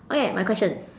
okay my question